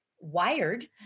Wired